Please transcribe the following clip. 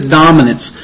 dominance